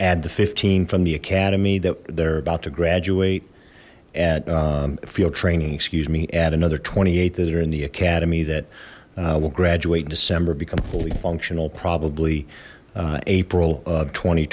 add the fifteen from the academy that they're about to graduate at field training excuse me add another twenty eight that are in the academy that will graduate in december become a fully functional probably april